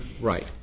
Right